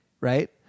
right